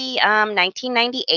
1998